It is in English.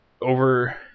over